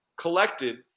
collected